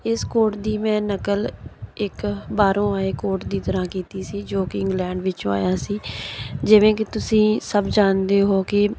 ਇਸ ਕੋਟ ਦੀ ਮੈਂ ਨਕਲ ਇੱਕ ਬਾਹਰੋਂ ਆਏ ਕੋਟ ਦੀ ਤਰ੍ਹਾਂ ਕੀਤੀ ਸੀ ਜੋ ਕਿ ਇੰਗਲੈਂਡ ਵਿੱਚੋਂ ਆਇਆ ਸੀ ਜਿਵੇਂ ਕਿ ਤੁਸੀਂ ਸਭ ਜਾਣਦੇ ਹੋ ਕਿ